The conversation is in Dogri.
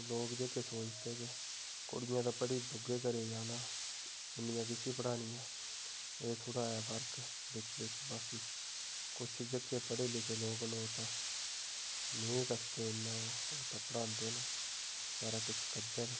लोक जेह्के सोचदे कि कुड़ियां ते पढ़ी दुए घरै गी जाना इन्नियां कैसी पढ़ानियां एह् थोह्ड़ा ऐ फर्क बिच्च बिच्च बाकी कुछ जेह्के पढ़े लिखे लोक न ओह् तां नेईं रखदे इ'न्ना ओह् ते पढ़ांदे न सारा किश करदे न